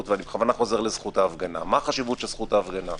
ובכוונה אני חוזר לזכות ההפגנה מה החשיבות של זכות ההפגנה?